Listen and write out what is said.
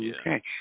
Okay